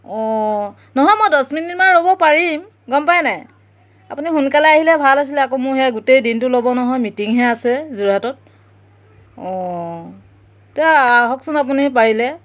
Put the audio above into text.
অঁ নহয় মই দহ মিনিটমান ৰ'ব পাৰিম গম পাই নাই আপুনি সোনকালে আহিলে ভাল আছিলে আকৌ মোৰ সেয়া গোটেই দিনটো ল'ব নহয় মিটিংহে আছে যোৰহাটত অঁ তেতিয়া আহকচোন আপুনি পাৰিলে